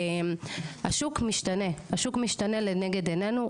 השוק משתנה לנגד ענינו,